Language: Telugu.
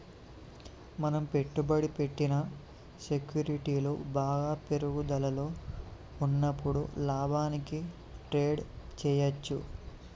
మనం పెట్టుబడి పెట్టిన సెక్యూరిటీలు బాగా పెరుగుదలలో ఉన్నప్పుడు లాభానికి ట్రేడ్ చేయ్యచ్చు